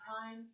Prime